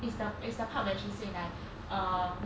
is the is the pub when she say like err